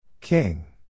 King